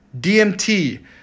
DMT